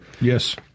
yes